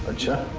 checked